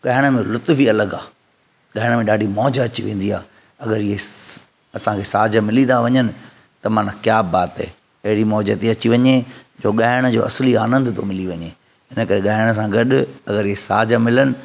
ॻाइण में लुत्फ़ु ई अलॻि आहे ॻाइण में ॾाढी मौज अची वेंदी आहे अगरि ये असांखे साज़ मिली था वञनि त मना क्या बात है अहिड़ी मौज थी अची वञे जो ॻाइण जो असली आनंद थो मिली वञे इन करे ॻाइण सां गॾु अगरि इहे साज़ मिलन